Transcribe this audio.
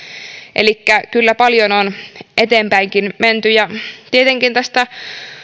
elikkä kyllä paljon on eteenpäinkin menty tietenkin tästä